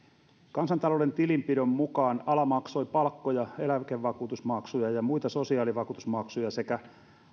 kansantalouden tilinpidon mukaan ala maksoi palkkoja eläkevakuutusmaksuja ja muita sosiaalivakuutusmaksuja sekä